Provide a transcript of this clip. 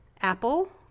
Apple